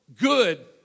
good